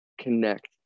connect